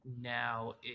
now